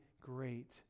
great